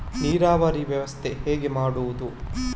ನೀರಾವರಿ ವ್ಯವಸ್ಥೆ ಹೇಗೆ ಮಾಡುವುದು?